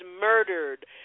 murdered